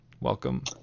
Welcome